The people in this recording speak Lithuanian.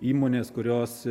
įmonės kurios